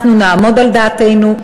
אנחנו נעמוד על דעתנו,